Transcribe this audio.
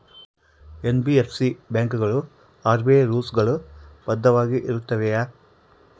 NBFC ಬ್ಯಾಂಕುಗಳು RBI rules ಗಳು ಬದ್ಧವಾಗಿ ಇರುತ್ತವೆಯ?